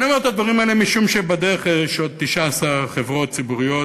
ואני אומר את הדברים האלה משום שבדרך יש עוד 19 חברות ציבוריות